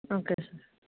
okay sir